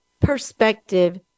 perspective